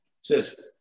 says